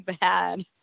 bad